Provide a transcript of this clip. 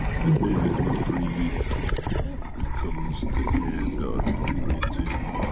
the air you breathe becomes the air the other one breathes in.